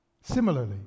similarly